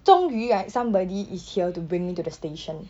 终于 right somebody is here to bring me to the station